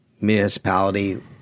municipality